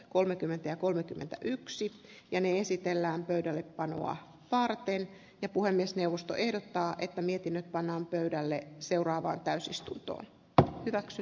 kolmekymmentä kolmekymmentäyksi jane esitellään pöydälle panoa varten ja puhemiesneuvosto ehdottaa että mietinnöt pannaan pöydälle seuraavaan täysistuntoon hyväksi